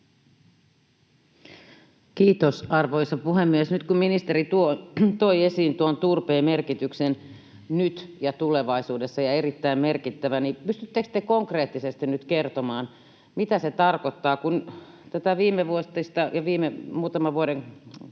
Kiitos, arvoisa puhemies! Nyt kun ministeri toi esiin tuon turpeen merkityksen nyt ja tulevaisuudessa, että se on erittäin merkittävä, niin pystyttekö konkreettisesti nyt kertomaan, mitä se tarkoittaa? Kun tätä viimevuotista ja muutaman viime vuoden